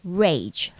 rage